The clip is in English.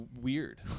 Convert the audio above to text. weird